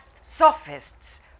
sophists